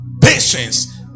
patience